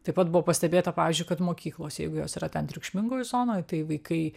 taip pat buvo pastebėta pavyzdžiui kad mokyklos jeigu jos yra ten triukšmingoj zonoj tai vaikai